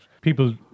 People